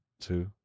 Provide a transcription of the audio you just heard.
two